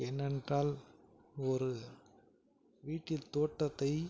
ஏனென்றால் ஒரு வீட்டில் தோட்டத்தை